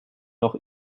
noch